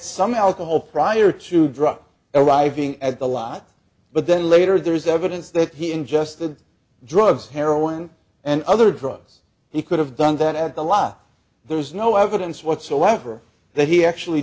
some alcohol prior to drug arriving at the lot but then later there's evidence that he in just the drugs heroin and other drugs he could have done that at the law there is no evidence whatsoever that he actually